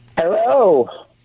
Hello